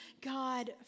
God